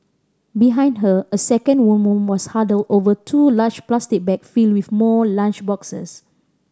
behind her a second woman was huddled over two large plastic bag filled with more lunch boxes